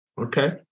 Okay